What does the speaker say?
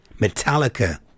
Metallica